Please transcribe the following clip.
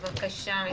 בבקשה.